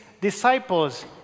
disciples